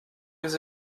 les